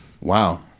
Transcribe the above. wow